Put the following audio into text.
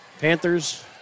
Panthers